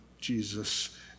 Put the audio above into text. Jesus